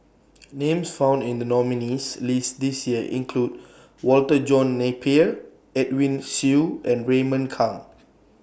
Names found in The nominees' list This Year include Walter John Napier Edwin Siew and Raymond Kang